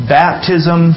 baptism